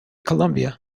columbia